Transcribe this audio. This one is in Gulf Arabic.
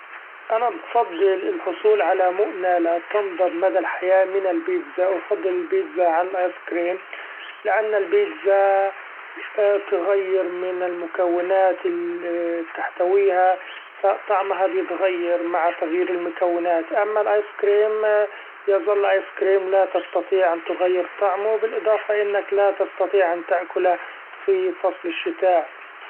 أنا بفضل الحصول علي مؤونة لا تنضب مدي الحياة من البيتزا أفضل البيتزا عن الآيس كريم لأن البيتزا تغير من المكونات اللي بتحتويها ف طعمها بيتغير مع تغيير المكونات ، أما الآيس كريم يظل آيس كريم لا تستطيع أن تغير طعمو بالإضافة إنك لا تستطيع أن تاكله في فصل الشتاء.